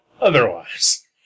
otherwise